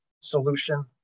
solution